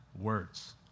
words